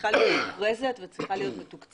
שצריכה להיות מוכרזת וככזאת היא צריכה להיות מתוקצבת.